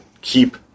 keep